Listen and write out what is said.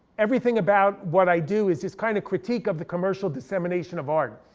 everything about what i do is this kind of critique of the commercial dissemination of art.